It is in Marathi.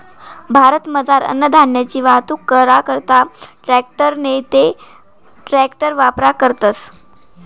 भारतमझार अन्नधान्यनी वाहतूक करा करता ट्रॅकटर नैते ट्रकना वापर करतस